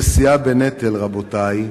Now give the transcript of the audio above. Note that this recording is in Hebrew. נשיאה בנטל, רבותי,